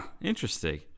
Interesting